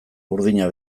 burdina